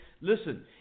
Listen